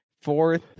fourth